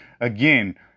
Again